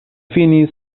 finis